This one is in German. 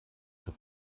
zur